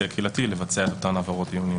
הקהילתי לבצע את אותן העברות דיונים,